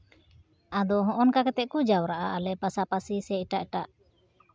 ᱟᱫᱚ ᱦᱚᱸᱜᱼᱚᱝᱠᱟ ᱠᱟᱛᱮᱫ ᱠᱚ ᱡᱟᱣᱨᱟᱜᱼᱟ ᱟᱞᱮ ᱯᱟᱥᱟᱯᱟᱥᱤ ᱥᱮ ᱮᱴᱟᱜ ᱮᱴᱟᱜ